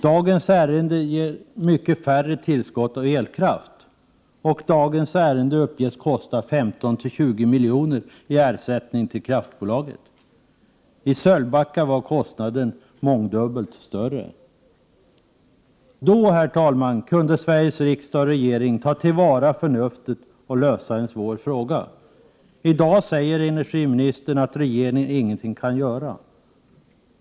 Dagens ärende ger mycket lägre tillskott av elkraft, och dagens ärende uppges kosta 15-20 milj.kr. i ersättning till kraftbolaget. I Sölvbacka var kostnaden mångdubbelt större. Herr talman! Då kunde Sveriges riksdag och regering ta till vara förnuftet och lösa ett svårt problem. I dag säger energiministern att regeringen ingenting kan göra.